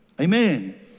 Amen